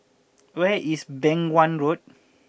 where is Beng Wan Road